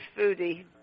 foodie